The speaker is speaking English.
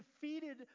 defeated